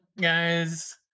guys